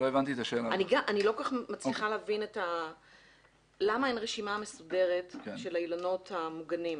אני לא מצליחה להבין למה אין רשימה מסודרת של האילנות המוגנים.